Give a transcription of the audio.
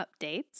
updates